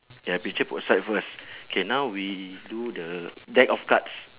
ya picture put aside first K now we do the deck of cards